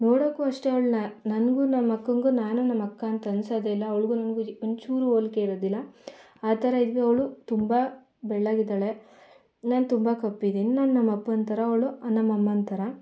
ನೋಡೋಕ್ಕೂ ಅಷ್ಟೇ ಅವ್ಳನ್ನ ನನಗೂ ನಮ್ಮಕ್ಕಂಗೂ ನಾನು ನಮ್ಮಕ್ಕಂತ ಅನ್ನಿಸೋದೆಯಿಲ್ಲ ಅವ್ಳಿಗೂ ನನಗೂ ಒಂಚೂರು ಹೋಲಿಕೆ ಇರೋದಿಲ್ಲ ಆ ಥರ ಇದ್ದಳು ಅವಳು ತುಂಬ ಬೆಳ್ಳಗಿದ್ದಾಳೆ ನಾನು ತುಂಬ ಕಪ್ಪಿದ್ದೀನಿ ನಾನು ನಮಪ್ಪನ ಥರ ಅವಳು ನಮ್ಮಮ್ಮಬ ಥರ